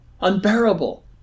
unbearable